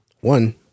One